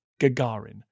Gagarin